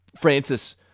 Francis